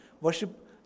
worship